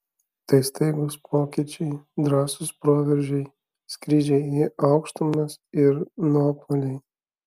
tai staigūs pokyčiai drąsūs proveržiai skrydžiai į aukštumas ir nuopuoliai